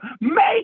make